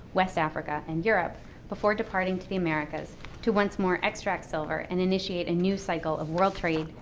west africa, and europe before departing to the americas to once more extract silver and initiate a new cycle of world trade,